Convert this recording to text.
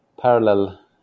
parallel